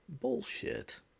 Bullshit